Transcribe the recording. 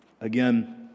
Again